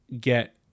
get